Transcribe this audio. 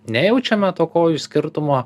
nejaučiame to kojų skirtumo